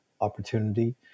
opportunity